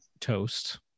toast